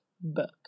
book